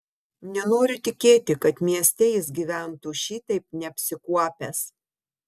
nenoriu tikėti kad mieste jis gyventų šitaip neapsikuopęs